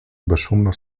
безшумно